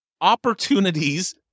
opportunities